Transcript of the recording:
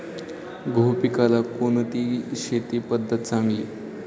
गहू पिकाला कोणती शेती पद्धत चांगली?